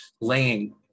laying